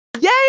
Yay